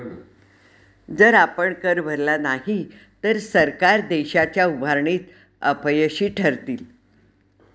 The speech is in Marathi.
जर आपण कर भरला नाही तर सरकार देशाच्या उभारणीत अपयशी ठरतील